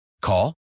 Call